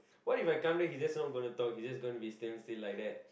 what If I come then he just not gonna talk he just gonna be standing still like that